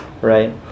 right